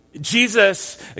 Jesus